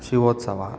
Shivotsava